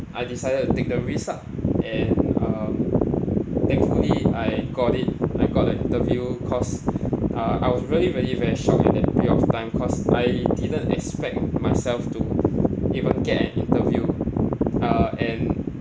I decided to take the risk lah and um thankfully I got it I got the interview cause uh I was really very very shocked at that period of time cause I didn't expect myself to even get an interview uh and